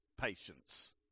patience